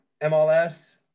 MLS